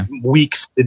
Weeks